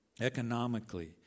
economically